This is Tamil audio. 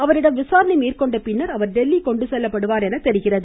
அவரிடம் விசாரணை மேற்கொண்ட பின்னர் அவர் டெல்லி கொண்டு செல்லப்படுவார் என தெரிகிறது